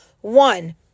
One